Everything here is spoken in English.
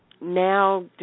now